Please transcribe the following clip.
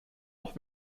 noch